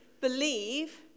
believe